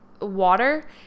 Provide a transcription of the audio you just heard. water